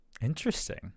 Interesting